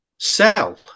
sell